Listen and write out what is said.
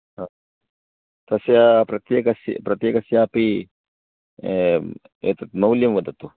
अस्तु तस्य प्रत्येकस्यापि एतत् मौल्यं वदतु